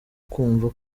kumva